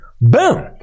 Boom